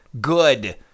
Good